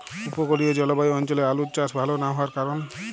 উপকূলীয় জলবায়ু অঞ্চলে আলুর চাষ ভাল না হওয়ার কারণ?